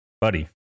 Buddy